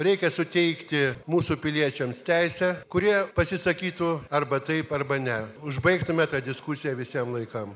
reikia suteikti mūsų piliečiams teisę kurie pasisakytų arba taip arba ne užbaigtume tą diskusiją visiem laikam